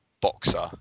boxer